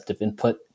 input